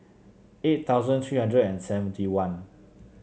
eight thousand three hundred and seventy one